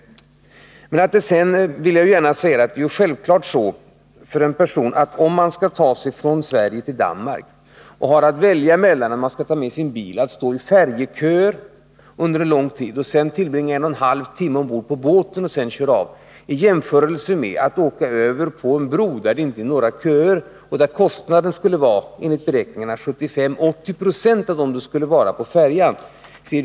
Om en person skall ta sig från Sverige till Danmark och skall ta med sig sin bil är det självklart att han helst skulle vilja åka över sundet på en bro, om han har att välja mellan att stå i färjeköer under lång tid, tillbringa en och en halv timme ombord på båten och sedan köra av eller att åka över på en bro, där det inte är några köer och där det enligt beräkningarna skulle kosta omkring 75 till 80 26 av kostnaden för färjeöverfarten.